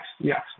yes